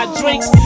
drinks